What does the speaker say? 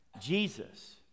Jesus